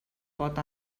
pot